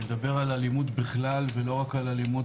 אני מדבר על אלימות בכלל ולא רק על אלימות